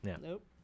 Nope